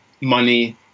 money